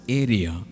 area